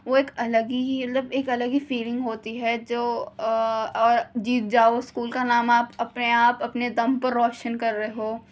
وہ ایک الگ ہی مطلب ایک الگ ہی فیلنگ ہوتی ہے جو اور جیت جاؤ اسکول کا نام آپ اپنے آپ اپنے دم پر روشن کر رہے ہو